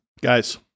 Guys